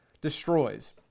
destroys